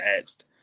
asked